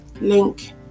link